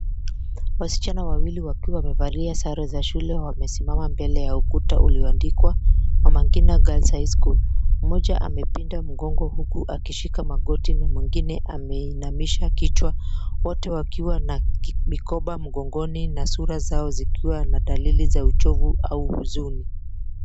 Wasichana wawili wakiwa wamevalia sare za shule wamesimama mbele ya ukuta ulioandikwa MAMA NGINA GIRLS HIGH SCHOOL. Mmoja amepinda mgongo huku akishika magoti na mwingine ameinamisha kichwa wote wakiwa na mikoba mikonono na sura zao zikiwa na dalili ya uchovu au huzuni.